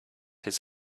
his